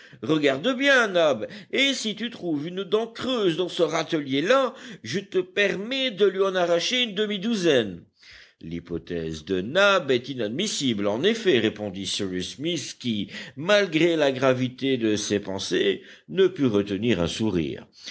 regarde bien nab et si tu trouves une dent creuse dans ce râtelier là je te permets de lui en arracher une demi-douzaine l'hypothèse de nab est inadmissible en effet répondit cyrus smith qui malgré la gravité de ses pensées ne put retenir un sourire